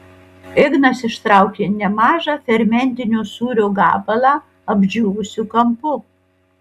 ignas ištraukė nemažą fermentinio sūrio gabalą apdžiūvusiu kampu